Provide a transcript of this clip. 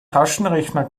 taschenrechner